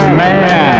man